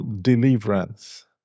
deliverance